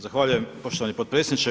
Zahvaljujem poštovani potpredsjedniče.